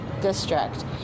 district